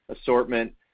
assortment